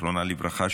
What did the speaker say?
זיכרונה לברכה,